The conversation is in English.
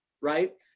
right